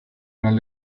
dans